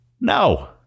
No